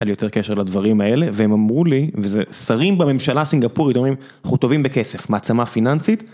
היה לי יותר קשר לדברים האלה והם אמרו לי, וזה שרים בממשלה הסינגפורית אומרים אנחנו טובעים בכסף, מעצמה פיננסית